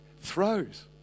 throws